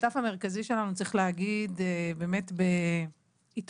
השותף המרכזי שלנו, צריך להגיד, באמת בהתפעלות,